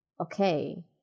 okay